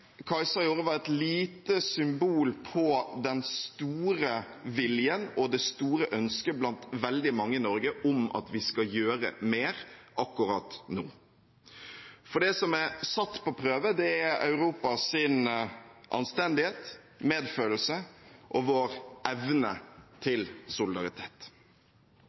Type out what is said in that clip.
gjorde, var et lite symbol på den store viljen og det store ønsket blant veldig mange i Norge om at vi skal gjøre mer akkurat nå. Europas anstendighet, medfølelse og vår evne til solidaritet er satt på prøve. Det er positivt at Norge bidrar med skip og